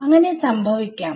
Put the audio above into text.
അങ്ങനെ സംഭവിക്കാം